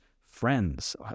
friends